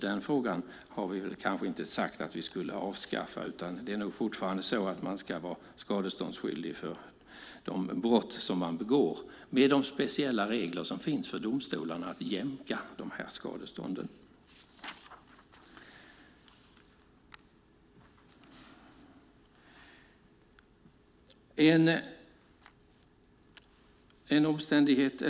Den frågan har vi kanske inte sagt att vi skulle avskaffa, utan det är fortfarande så att man ska vara skadeståndsskyldig för de brott som man begår - med de speciella regler som finns för domstolarna att jämka skadestånden.